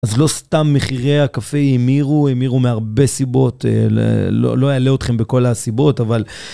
אז לא סתם מחירי הקפה האמירו, האמירו מהרבה סיבות, אה... ל... לא-לא אעלה אתכם בכל הסיבות, אבל...